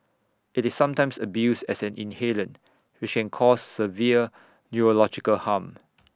IT is sometimes abused as an inhalant which can cause severe neurological harm